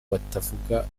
batavuga